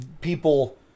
people